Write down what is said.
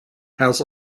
has